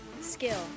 skill